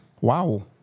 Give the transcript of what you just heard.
Wow